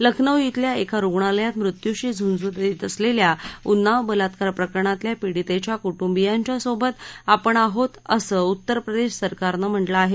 लखनऊ इथल्या एका रुग्णालयात मृत्यूशी झूंज देत असलेल्या उन्नाव बलात्कार प्रकरणातल्या पीडितेच्या कुट्रीियांच्या सोबत आपण आहोत असं उत्तर प्रदेश सरकारनं म्हाजिं आहे